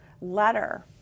letter